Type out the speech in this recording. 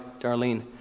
Darlene